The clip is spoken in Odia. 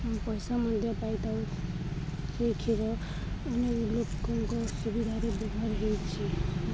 ପଇସା ମଧ୍ୟ ପାଇଥାଉ ଅନେକ ଲୋକଙ୍କ ସୁବିଧାରେ ହୋଇଛି